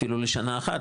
אפילו לשנה אחת,